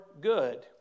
good